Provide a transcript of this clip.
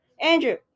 Andrew